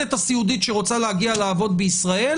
העובדת הסיעודית שרוצה להגיע לעבוד בישראל